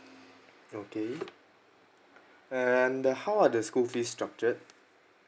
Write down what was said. okay and the how are the school fees structured